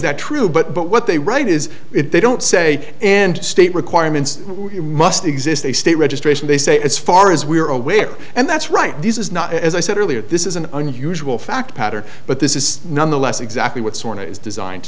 that true but but what they write is they don't say and state requirements must exist they state registration they say as far as we are aware and that's right this is not as i said earlier this is an unusual fact pattern but this is nonetheless exactly what sorta is designed